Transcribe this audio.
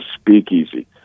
speakeasy